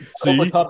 see